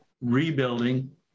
rebuilding